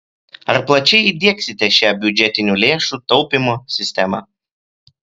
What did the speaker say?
ar plačiai įdiegsite šią biudžetinių lėšų taupymo sistemą